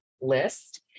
list